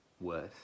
worse